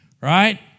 right